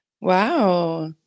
Wow